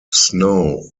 snow